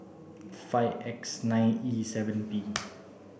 five X nine E seven P